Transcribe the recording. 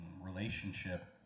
relationship